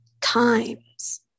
times